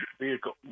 vehicle